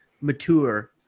Mature